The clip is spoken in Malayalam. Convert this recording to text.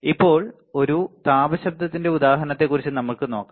ഇപ്പോൾ ഒരു താപ ശബ്ദത്തിന്റെ ഉദാഹരണത്തെക്കുറിച്ച് നമുക്ക് നോക്കാം